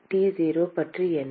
T0 பற்றி என்ன